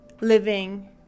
living